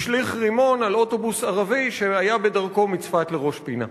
השליך רימון על אוטובוס ערבי שהיה בדרכו מצפת לראש-פינה.